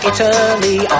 Italy